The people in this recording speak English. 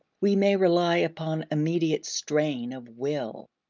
we may rely upon immediate strain of will.